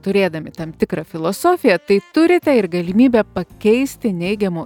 turėdami tam tikrą filosofiją tai turite ir galimybę pakeisti neigiamo